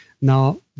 Now